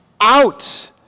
out